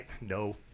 No